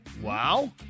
Wow